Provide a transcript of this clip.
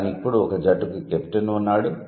కానీ ఇప్పుడు ఒక జట్టుకు కెప్టెన్ ఉన్నాడు